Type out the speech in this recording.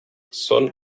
son